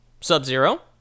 Sub-Zero